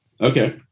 Okay